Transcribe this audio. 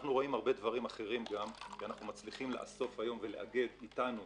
אנחנו רואים גם הרבה דברים אחרים כי אנחנו מצליחים לאגד איתנו